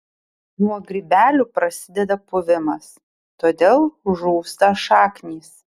nuo grybelių prasideda puvimas todėl žūsta šaknys